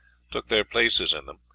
took their places in them,